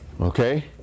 Okay